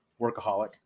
workaholic